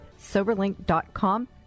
soberlink.com